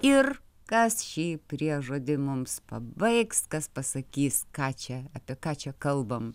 ir kas šį priežodį mums pabaigs kas pasakys ką čia apie ką čia kalbam